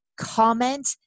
comment